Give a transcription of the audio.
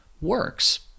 works